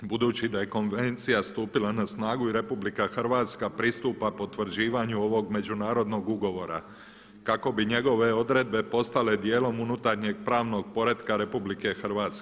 Budući da je konvencija stupila na snagu i RH pristupa pritvrđivanju ovog međunarodnog ugovora kako bi njegove odredbe postale dijelom unutarnjeg pravnog poretka RH.